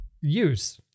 use